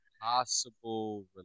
possible